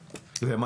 כלהלן.